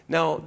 Now